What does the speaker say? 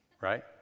Right